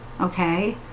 okay